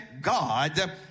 God